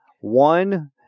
one